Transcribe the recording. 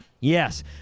Yes